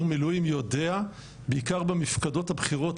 מילואים יודע בעיקר במפקדות הבכירות,